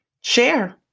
share